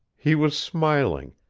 he was smiling,